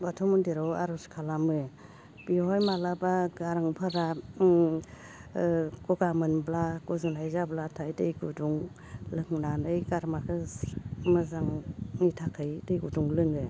बाथौ मन्दिराव आरज खालामो बेयावहाय माब्लाबा गारांफोरा गगा मोनब्ला गुजुनाय जाब्लाथाय दै गुदुं लोंनानै गारमाखौ मोजांनि थाखाय दै गुदुं लोङो